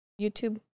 YouTube